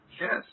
Yes